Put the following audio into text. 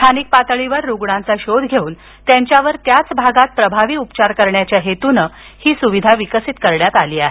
स्थानिक पातळीवर रुग्णांचा शोध घेऊन त्यांच्यावर त्याच भागात प्रभावी उपचार करण्याच्या हेतूनं ही सुविधा विकसीत करण्यात आली आहे